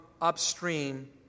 upstream